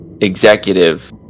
executive